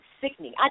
sickening